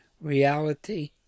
reality